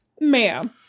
Ma'am